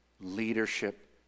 leadership